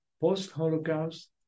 post-Holocaust